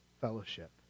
fellowship